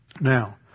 Now